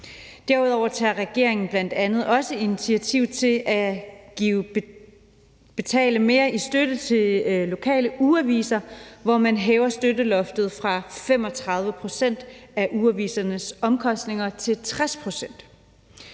Derudover tager regeringen bl.a. også initiativ til at betale mere i støtte til lokale ugeaviser, hvor man hæver støtteloftet fra 35 pct. af ugeavisernes omkostninger til 60 pct.